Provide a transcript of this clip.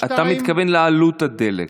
אתה מתכוון לעלות הדלק.